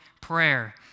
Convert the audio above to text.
prayer